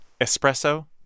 espresso